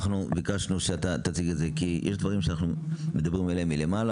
ביקשנו שתציג את זה כי יש דברים שאנחנו מדברים עליהם מלמעלה